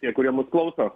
tie kurie mus klauso